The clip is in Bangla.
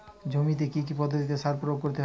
জমিতে কী কী পদ্ধতিতে সার প্রয়োগ করতে হয়?